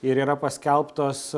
ir yra paskelbtos